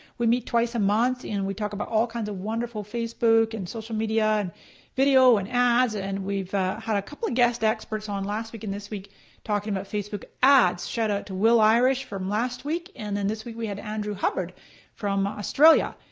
we meet twice a month, and we talk about all kinds of wonderful facebook and social media and video and ads, and we've had a couple guest experts on last week and this week talking about facebook ads. shout out to will irish from last week and then this week we had andrew hubbert from australia.